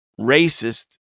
racist